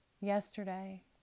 Yesterday